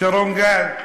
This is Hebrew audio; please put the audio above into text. שרון גל.